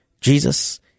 Jesus